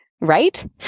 right